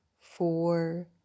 four